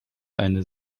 eine